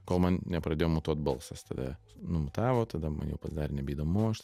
kol man nepradėjo mutuot balsas tada numtavo tada man jau pasdarė nebeįdomu aš